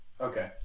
Okay